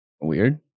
weird